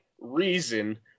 reason